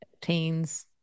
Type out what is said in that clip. teens